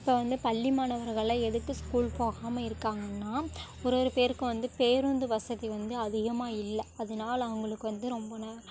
இப்போ வந்து பள்ளி மாணவர்கள்லாம் எதுக்கு ஸ்கூல் போகாமல் இருக்காங்கன்னா ஒரு ஒரு பேருக்கு வந்து பேருந்து வசதி வந்து அதிகமாக இல்லை அதனால் அவங்களுக்கு வந்து ரொம்ப நே